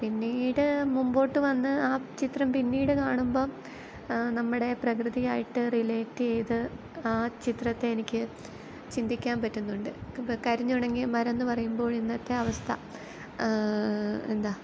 പിന്നീട് മുമ്പോട്ട് വന്ന് ആ ചിത്രം പിന്നീട് കാണുമ്പോൾ നമ്മുടെ പ്രകൃതിയായിട്ട് റിലേറ്റെയ്ത് ആ ചിത്രത്തെ എനിക്ക് ചിന്തിക്കാൻ പറ്റുന്നുണ്ട് കരിഞ്ഞുണങ്ങിയ മരമെന്ന് പറയുമ്പോൾ ഇന്നത്തെ അവസ്ഥ എന്ത